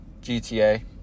gta